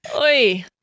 Oi